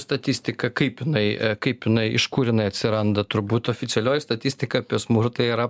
statistika kaip jinai kaip jinai iš kur jinai atsiranda turbūt oficialioji statistika apie smurtą yra